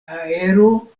aero